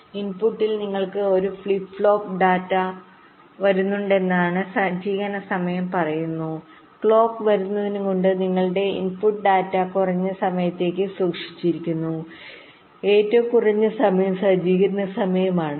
ഇൻപുട്ടിൽ നിങ്ങൾക്ക് ഒരു ഫ്ലിപ്പ് ഫ്ലോപ്പ് ഡാറ്റവരുന്നുണ്ടെന്ന് സജ്ജീകരണ സമയം പറയുന്നു ക്ലോക്ക് വരുന്നതിനുമുമ്പ് നിങ്ങളുടെ ഇൻപുട്ട് ഡാറ്റ കുറഞ്ഞത് സമയത്തേക്ക് സൂക്ഷിച്ചിരിക്കണം ഏറ്റവും കുറഞ്ഞ സമയം സജ്ജീകരണ സമയമാണെന്ന്